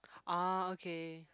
ah okay